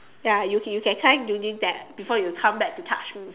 ya you you can try doing that before you come back to touch me